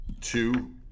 two